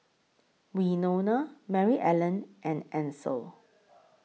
Winona Maryellen and Ansel